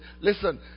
listen